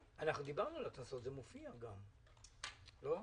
שגית, אנחנו דיברנו על הקנסות, זה גם מופיע, לא?